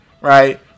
right